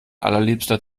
allerliebster